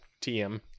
TM